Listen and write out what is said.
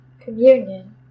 communion